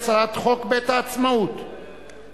והיא הצעת חוק בית-העצמאות (תיקון,